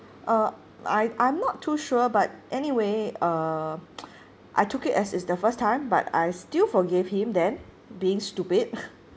uh I I'm not too sure but anyway err I took it as it's the first time but I still forgave him then being stupid